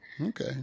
okay